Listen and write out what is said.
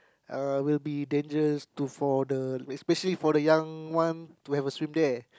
uh will be dangerous to for the especially for the young ones to have a swim there